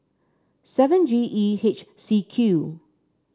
seven G E H C Q